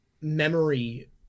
memory